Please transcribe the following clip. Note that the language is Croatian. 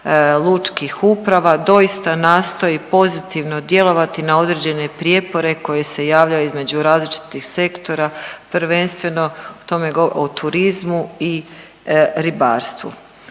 lučkih uprava doista nastoji pozitivno djelovati na određene prijepore koji se javljaju između različitih sektora, prvenstveno u turizmu i ribarstvu.